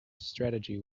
strategy